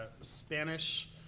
Spanish